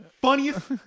funniest